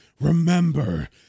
Remember